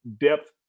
depth